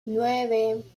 nueve